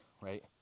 right